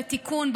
לתיקון,